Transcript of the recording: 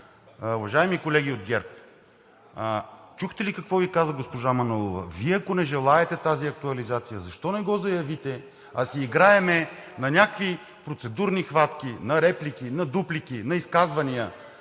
уважаеми колеги от ГЕРБ, чухте ли какво Ви каза госпожа Манолова? Ако Вие не желаете тази актуализация, защо не го заявите? Нека да не си играем на някакви процедурни хватки, на реплики, на дуплики, на изказвания.